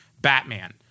Batman